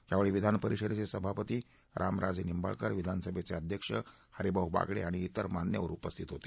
यावेळी विधानपरिषदेचे सभापती रामराजे निंबाळकर विधानसभेचे अध्यक्ष हरीभाऊ बागडे आणि त्रिर मान्यवर उपस्थित होते